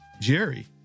Jerry